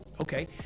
okay